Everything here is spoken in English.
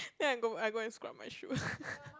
ya then I go and scrub my shoe